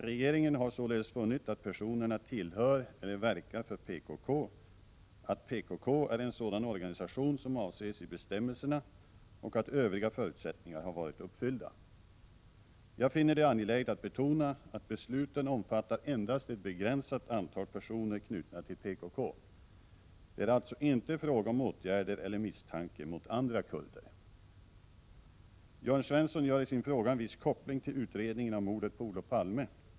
Regeringen har således funnit att personerna tillhör eller verkar för PKK, att PKK är en sådan organisation som avses i bestämmelserna och att övriga förutsättningar har varit uppfyllda. Jag finner det angeläget att betona att besluten omfattar endast ett begränsat antal personer knutna till PKK. Det är alltså inte fråga om åtgärder eller misstankar mot andra kurder. Jörn Svensson gör i sin fråga en viss koppling till utredningen av mordet på Olof Palme.